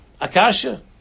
Akasha